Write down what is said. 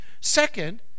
Second